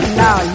now